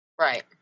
Right